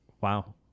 Wow